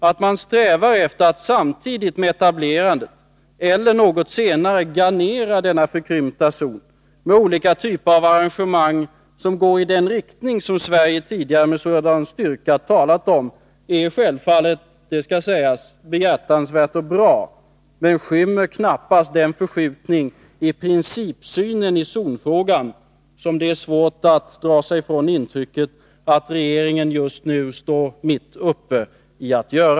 Att man strävar efter att samtidigt med etablerandet, eller något senare, garnera denna förkrympta zon med olika typer av arrangemang som går i den riktning som Sverige tidigare med sådan styrka talat om är självfallet, det skall sägas, behjärtansvärt och bra, men skymmer knappast den förskjutning i principsynen när det gäller zonfrågan som det är svårt att komma ifrån att regeringen just nu är mitt uppe i.